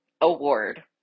award